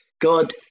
God